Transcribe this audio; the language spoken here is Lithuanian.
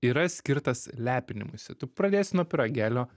yra skirtas lepinimuisi tu pradėsi nuo pyragėlio